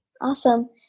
Awesome